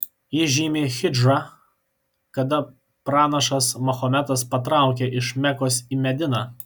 ji žymi hidžrą kada pranašas mahometas patraukė iš mekos į mediną